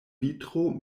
vitro